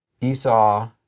Esau